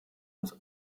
muss